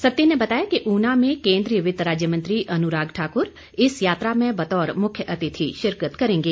सत्ती ने बताया कि ऊना में केंद्रीय वित्त राज्य मंत्री अनुराग ठाकुर इस यात्रा में बतौर मुख्यातिथि शिरकत करेंगे